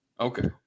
Okay